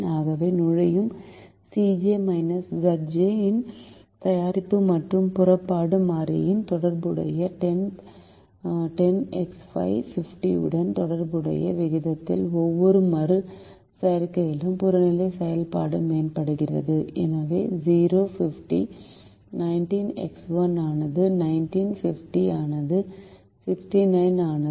ஆகவே நுழையும் Cj Zj இன் தயாரிப்பு மற்றும் புறப்படும் மாறியுடன் தொடர்புடைய 10x5 50 உடன் தொடர்புடைய விகிதத்தால் ஒவ்வொரு மறு செய்கையிலும் புறநிலை செயல்பாடு மேம்படுகிறது எனவே 0 50 19x1 ஆனது 19 50 ஆனது 69 ஆனது